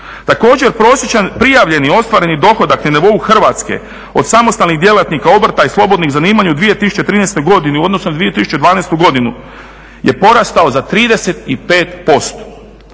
prosječan prijavljeni ostvareni dohodak na nivou Hrvatske od samostalnih djelatnika obrta i slobodnih zanimanja u 2013. godini u odnosu na 2012. godinu je porastao za 35%.